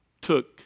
took